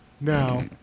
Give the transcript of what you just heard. Now